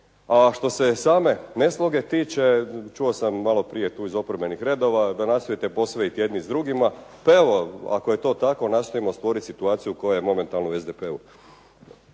A što se same nesloge tiče, čuo sam malo prije tu iz oporbenih redova, da nastojite ... jedni s drugima. Pa evo ako je to tako, nastojmo stvoriti situaciju koja je momentalno u SDP-u.